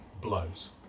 blows